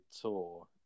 tour